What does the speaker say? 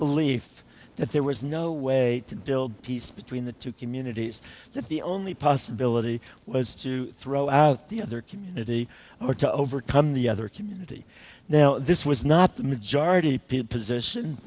belief that there was no way to build peace between the two communities that the only possibility was to throw out the other community or to overcome the other community now this was not the majority p